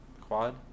Quad